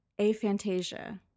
aphantasia